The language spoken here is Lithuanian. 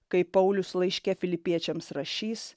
kaip paulius laiške filipiečiams rašys